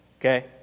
okay